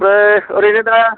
आमफ्राय ओरैनो दा